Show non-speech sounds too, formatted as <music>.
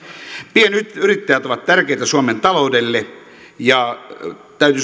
pienyrittäjät ovat tärkeitä suomen taloudelle ja täytyy <unintelligible>